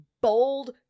bold